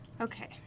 Okay